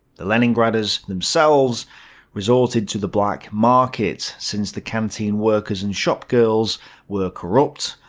the leningraders themselves resorted to the black market, since the canteen workers and shopgirls were corrupt,